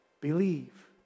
believe